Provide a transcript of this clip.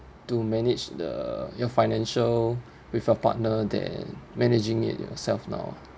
to manage the your financial with your partner than managing it yourself now